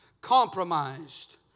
compromised